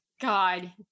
God